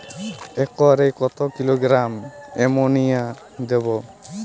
একরে কত kilogram ammonia দেবো?